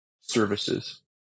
services